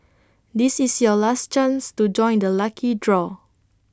this is your last chance to join the lucky draw